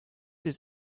his